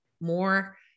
more